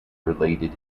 related